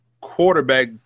quarterback